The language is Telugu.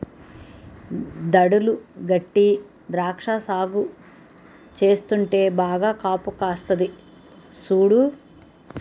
దడులు గట్టీ ద్రాక్ష సాగు చేస్తుంటే బాగా కాపుకాస్తంది సూడు